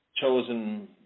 chosen